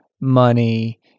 money